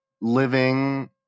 living